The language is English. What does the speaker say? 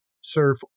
surf